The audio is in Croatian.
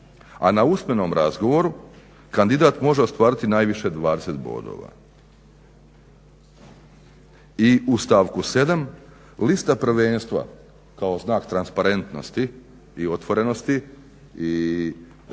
a na usmenom razgovoru kandidat može ostvariti najviše 20 bodova." I u stavku 7. lista prvenstva kao znak transparentnosti i otvorenosti i nema ništa